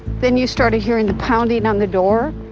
then you started hearing the pounding on the door.